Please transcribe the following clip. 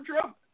Trump